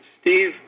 Steve